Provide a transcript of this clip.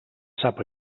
sap